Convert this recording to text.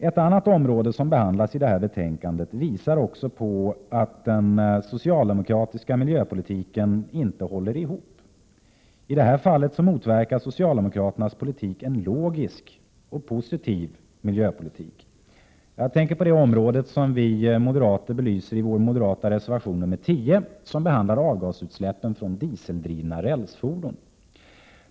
Ett annat område som behandlas i detta betänkande visar också att den socialdemokratiska miljöpolitiken inte håller ihop. I detta fall motverkar socialdemokraternas politik en logisk och positiv miljöpolitik. Jag tänker på det område som vi moderater belyser i reservation nr 10, där avgasutsläppen från dieseldrivna rälsfordon behandlas.